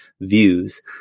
views